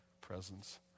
presence